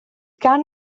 gan